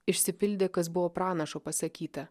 išsipildė kas buvo pranašo pasakyta